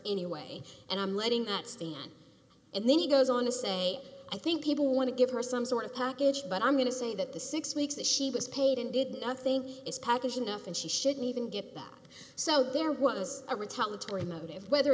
anyway and i'm letting that stand and then he goes on to say i think people want to give her some sort of package but i'm going to say that the six weeks that she was paid and did nothing is packaged enough and she shouldn't even get back up so there was a retaliatory motive whether